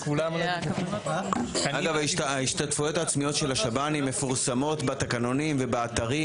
אגב ההשתתפויות העצמיות של השב"נים מפורסמות בתקנונים ובאתרים,